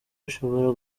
bishobora